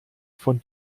von